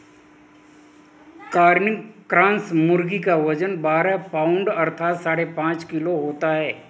Cornish cross मुर्गी का वजन बारह पाउण्ड अर्थात साढ़े पाँच किलो होता है